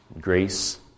grace